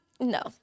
no